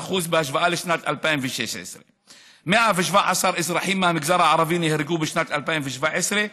17% בהשוואה לשנת 2016. 117 אזרחים מהמגזר הערבי נהרגו בשנת 2017,